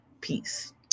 Peace